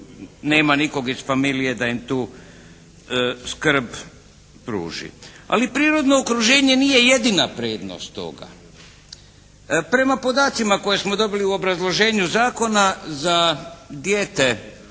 nema nikog iz familije da im tu skrb pruži. Ali prirodno okruženje nije jedina prednost toga. Prema podacima koje smo dobili u obrazloženju zakona za dijete